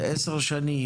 לעשר שנים.